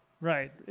Right